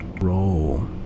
Roll